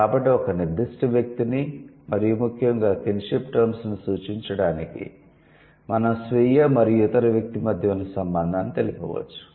కాబట్టి ఒక నిర్దిష్ట వ్యక్తిని మరియు ముఖ్యంగా కిన్షిప్ టర్మ్స్ ను సూచించడానికి మనం స్వీయ మరియు ఇతర వ్యక్తి మధ్య ఉన్న సంబంధాన్ని తెలుపవచ్చు